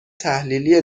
تحلیلی